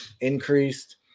increased